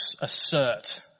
assert